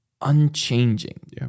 unchanging